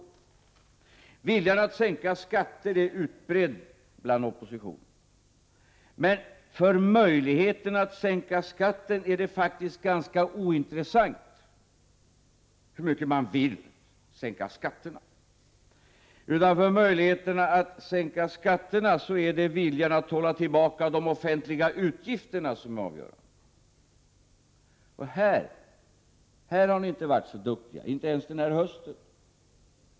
16 december 1988 Viljan att sänka skatter är utbredd bland oppositionen, men för möjligheter na att sänka skatter är det ganska ointressant hur mycket man vill sänka skatterna. För möjligheterna att sänka skatterna är det viljan att hålla tillbaka de offentliga utgifterna som är avgörande, och här har ni inte varit så duktiga, inte ens denna höst.